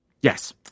Yes